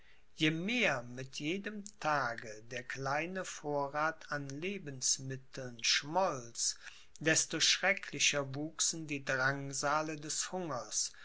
je mehr mit jedem tage der kleine vorrath an lebensmitteln schmolz desto schrecklicher wuchsen die drangsale des hungers